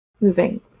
moving